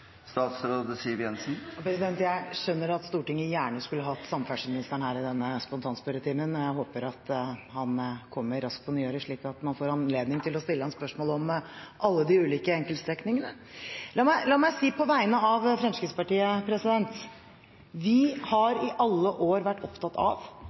Jeg skjønner at Stortinget gjerne skulle hatt samferdselsministeren her i denne spontanspørretimen, og jeg håper at han kommer raskt på nyåret, slik at man får anledning til å stille ham spørsmål om alle de ulike enkeltstrekningene. La meg på vegne av Fremskrittspartiet si: Vi har i alle år vært opptatt av